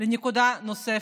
לנקודה נוספת.